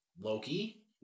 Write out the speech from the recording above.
Loki